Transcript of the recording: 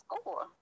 score